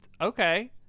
okay